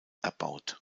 erbaut